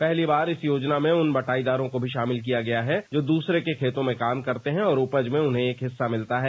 पहली बार इस योजना में उन बटाईदारों को भी शामिल किया गया है जो दूसरे के खेतों में काम करते हैं और उपज में उन्हें एक हिस्सा मिलता है